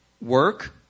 work